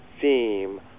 theme